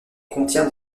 contient